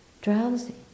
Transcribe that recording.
drowsy